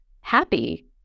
happy